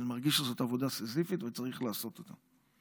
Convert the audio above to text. אבל אני מרגיש שזאת עבודה סיזיפית וצריך לעשות את זה.